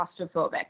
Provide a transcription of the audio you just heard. claustrophobic